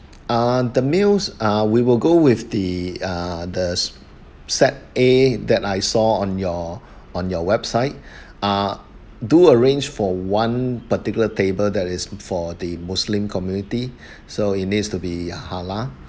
uh the meals uh we will go with the ah the set a that I saw on your on your website ah do arrange for one particular table that is for the muslim community so it needs to be halal